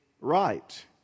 right